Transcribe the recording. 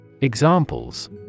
Examples